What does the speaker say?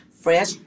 fresh